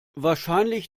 wahrscheinlich